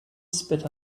spit